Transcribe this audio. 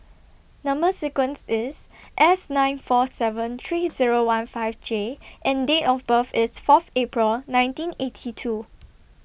Number sequence IS S nine four seven three Zero one five J and Date of birth IS Fourth April nineteen eighty two